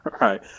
right